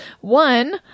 one